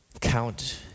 count